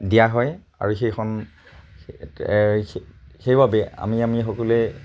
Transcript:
দিয়া হয় আৰু সেইখন সেইবাবে আমি সকলোৱে